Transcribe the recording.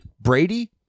Brady